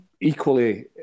equally